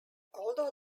although